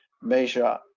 measure